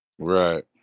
Right